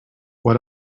what